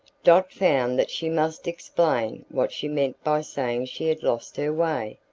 dot found that she must explain what she meant by saying she had lost her way,